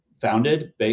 founded